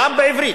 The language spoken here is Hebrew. גם בעברית,